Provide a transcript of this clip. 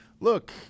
look